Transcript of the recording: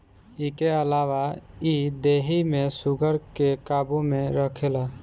इके अलावा इ देहि में शुगर के काबू में रखेला